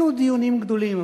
אלו דיונים גדולים,